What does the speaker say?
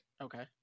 Okay